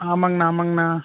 ஆமாங்கண்ணா ஆமாங்கண்ணா